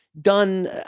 done